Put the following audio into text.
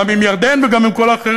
גם עם ירדן וגם עם כל האחרים.